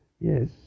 Yes